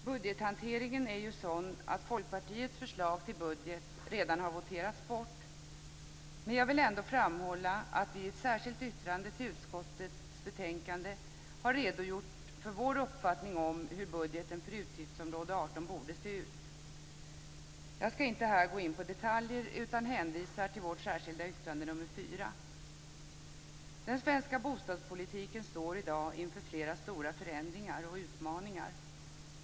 Budgethanteringen är ju sådan att Folkpartiets förslag till budget redan har voterats bort, men jag vill ändå framhålla att vi i ett särskilt yttrande till utskottets betänkande har redogjort för vår uppfattning om hur budgeten för utgiftsområde 18 borde se ut. Jag ska inte här gå in på detaljer utan hänvisar till vårt särskilda yttrande nr 4. Den svenska bostadspolitiken står i dag inför flera stora förändringar och utmaningar.